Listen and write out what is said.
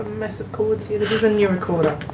ah mess of cords here, recorder,